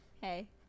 Hey